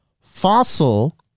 Fossil